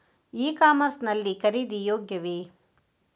E commerce ಲ್ಲಿ ಖರೀದಿ ಯೋಗ್ಯವೇ?